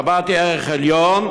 השבת היא ערך עליון,